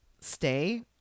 stay